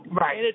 Right